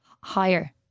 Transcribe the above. Higher